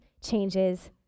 changes